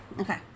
okay